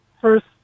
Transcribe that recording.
first